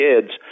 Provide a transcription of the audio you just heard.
kids